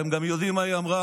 אתם גם יודעים מה היא אמרה